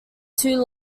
too